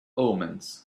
omens